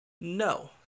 no